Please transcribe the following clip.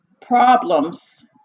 problems